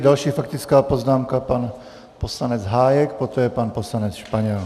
Další faktická poznámka, pan poslanec Hájek, poté pan poslanec Španěl.